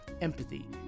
empathy